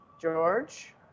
George